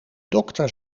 dokter